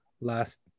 last